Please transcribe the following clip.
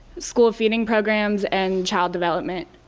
school feeding programs and child development.